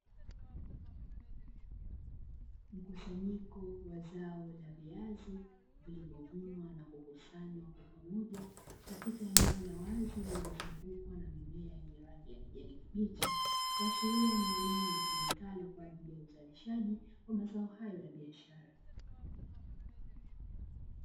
Mkusanyiko wa zao la viazi vilivyovunwa na kukusanywa kwa pamoja katika eneo la wazi, lililozungukwa na mimea yenye rangi ya kijani kibichi, kuashiria ni eneo litumikalo kwa ajili ya uzalishaji wa mazao hayo ya biashara.